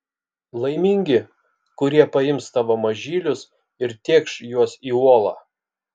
laimingi kurie paims tavo mažylius ir tėkš juos į uolą